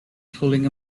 pulling